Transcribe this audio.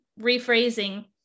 rephrasing